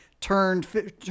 turned